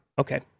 Okay